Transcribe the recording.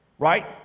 Right